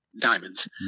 diamonds